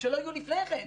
שלא היו לפני כן.